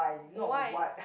why